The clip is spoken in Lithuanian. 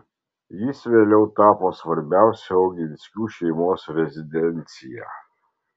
jis vėliau tapo svarbiausia oginskių šeimos rezidencija